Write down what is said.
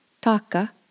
Taka